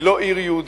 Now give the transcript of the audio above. היא לא עיר יהודית.